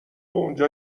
اونجا